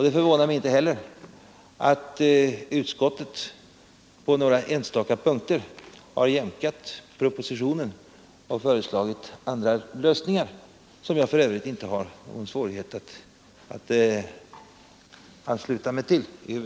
Det förvånar mig inte heller att utskottet på några enstaka punkter har jämkat propositionen och föreslagit andra lösningar, som jag för övrigt i huvudsak inte har någon svårighet att ansluta mig till.